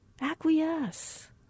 acquiesce